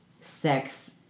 sex